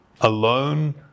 alone